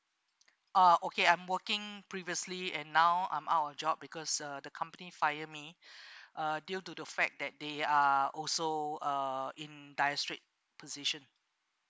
uh okay I'm working previously and now I'm out of job because uh the company fire me uh due to the fact that they are also uh in dire straits position